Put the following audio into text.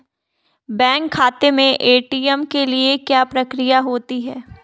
Bank खाते में ATM के लिए क्या प्रक्रिया होती है?